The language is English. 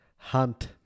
Hunt